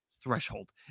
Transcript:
threshold